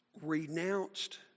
renounced